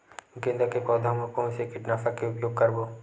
गेंदा के पौधा म कोन से कीटनाशक के उपयोग करबो?